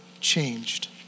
changed